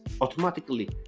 automatically